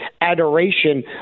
adoration